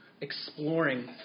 exploring